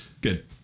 Good